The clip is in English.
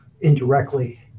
indirectly